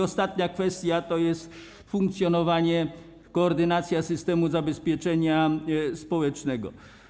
Ostatnia kwestia to funkcjonowanie, koordynacja systemu zabezpieczenia społecznego.